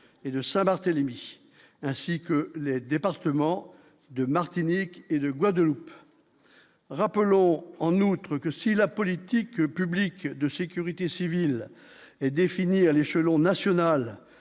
et de Saint-Barthélemy, ainsi que les départements de Martinique et de Guadeloupe, rappelons en outre que si la politique publique de sécurité civile et défini à l'échelon national